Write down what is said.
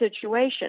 situation